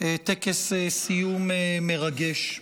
טקס סיום מרגש.